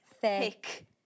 thick